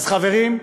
אז, חברים,